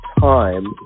time